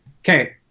okay